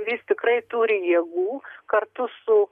jis tikrai turi jėgų kartu su